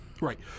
Right